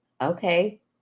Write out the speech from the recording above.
okay